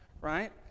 right